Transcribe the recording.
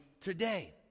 today